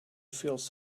fields